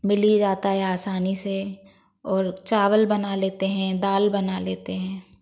मिल ही जाता है आसानी से और चावल बना लेते हैं दाल बना लेते हैं